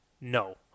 No